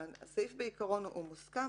הסעיף בעיקרון מוסכם.